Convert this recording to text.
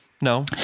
no